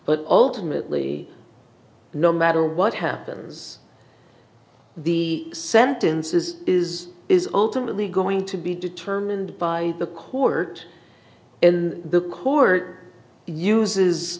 but ultimately no matter what happens the sentence is is is ultimately going to be determined by the court and the court uses